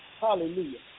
Hallelujah